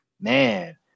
man